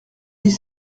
dix